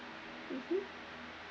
mmhmm